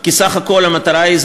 כי בסך הכול המטרה היא,